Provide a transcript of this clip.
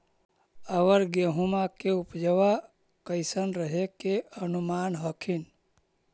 अबर गेहुमा के उपजबा कैसन रहे के अनुमान हखिन?